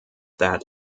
that